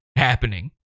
Happening